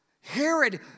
Herod